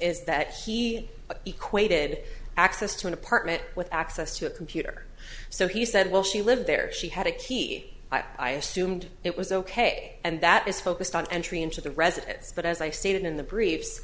is that he equated access to an apartment with access to a computer so he said well she lived there she had a key i assumed it was ok and that is focused on entry into the residence but as i stated in the briefs